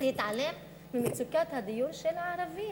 להתעלם ממצוקת הדיור של הערבים.